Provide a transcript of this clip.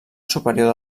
superior